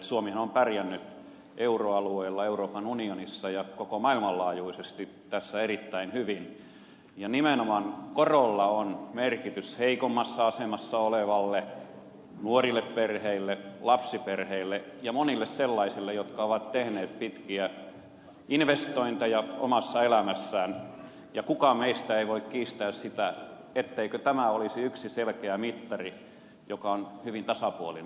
suomihan on pärjännyt euroalueella euroopan unionissa ja koko maailman laajuisesti tässä erittäin hyvin ja nimenomaan korolla on merkitys heikommassa asemassa oleville nuorille perheille lapsiperheille ja monille sellaisille jotka ovat tehneet pitkiä investointeja omassa elämässään ja kukaan meistä ei voi kiistää sitä etteikö tämä olisi yksi selkeä mittari joka on hyvin tasapuolinen